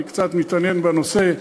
אני קצת מתעניין בנושא.